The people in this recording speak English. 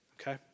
okay